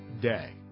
day